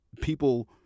people